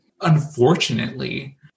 Unfortunately